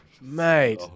Mate